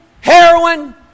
heroin